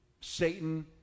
Satan